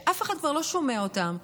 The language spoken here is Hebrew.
שאף אחד כבר לא שומע אותם,